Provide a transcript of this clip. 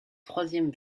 troisième